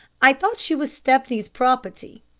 i thought she was stepney's property.